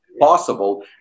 possible